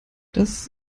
das